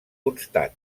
constant